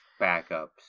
backups